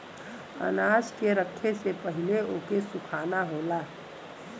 अनाज के रखे से पहिले ओके सुखाना होला